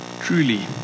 truly